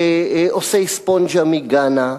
ועושי ספונג'ה מגאנה,